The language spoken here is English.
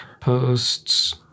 posts